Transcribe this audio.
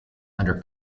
under